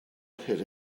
hid